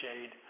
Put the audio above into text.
shade